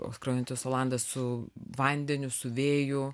o skrajojantis olandas su vandeniu su vėju